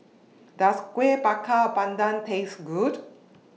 Does Kuih Bakar Pandan Taste Good